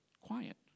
quiet